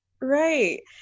right